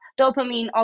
dopamine